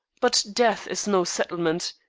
but death is no settlement.